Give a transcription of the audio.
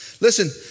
Listen